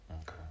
Okay